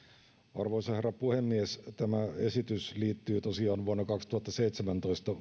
arvoisa herra puhemies tämä esitys liittyy tosiaan vuonna kaksituhattaseitsemäntoista